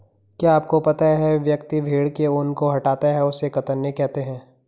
क्या आपको पता है व्यक्ति भेड़ के ऊन को हटाता है उसे कतरनी कहते है?